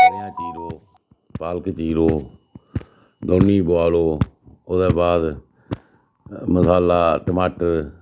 स'रेआं चीरो पालक चीरो दोन्नी ई बुआलो ओह्दे बाद मसाला टमाटर